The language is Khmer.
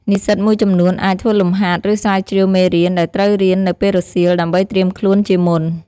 និស្សិតមួយចំនួនអាច ធ្វើលំហាត់ ឬស្រាវជ្រាវមេរៀន ដែលត្រូវរៀននៅពេលរសៀល ដើម្បីត្រៀមខ្លួនជាមុន។